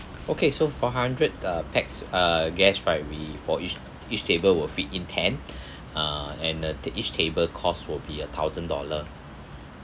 okay so for hundred uh pax uh guests right we for each each table will fit in ten uh and uh each table cost will be a thousand dollar